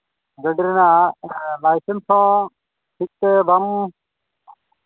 ᱜᱟᱹᱰᱤ ᱨᱮᱱᱟᱜ ᱞᱟᱭᱥᱮᱱᱥ ᱦᱚᱸ ᱴᱷᱤᱠᱟᱹ ᱵᱟᱝ